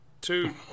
two